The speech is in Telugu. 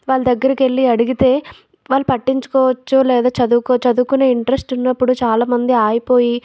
వాళ్ళ దగ్గరకు వెళ్ళి అడిగితే వాళ్ళు పట్టించుకోవచ్చు లేదా చదువుకోవచ్చు చదువుకునే ఇంట్రెస్ట్ ఉన్నప్పుడు చాలామంది ఆగిపోయి